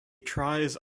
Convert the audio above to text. tries